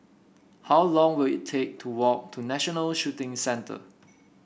how long will it take to walk to National Shooting Centre